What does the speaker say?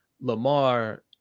Lamar